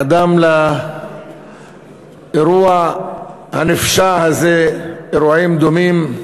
קדמו לאירוע הנפשע הזה אירועים דומים,